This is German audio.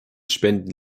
spenden